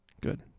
Good